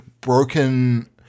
broken